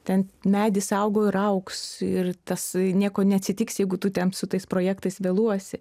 ten medis augo ir augs ir tas nieko neatsitiks jeigu tu ten su tais projektais vėluosi